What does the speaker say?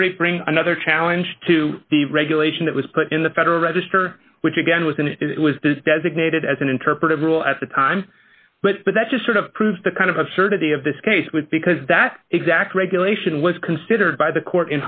theory bring another challenge to the regulation that was put in the federal register which again was and it was this designated as an interpretive rule at the time but that just sort of proves the kind of absurdity of this case with because that exact regulation was considered by the court